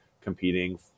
competing